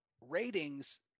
ratings